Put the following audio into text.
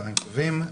צהריים טובים.